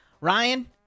Ryan